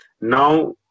now